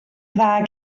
dda